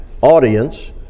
audience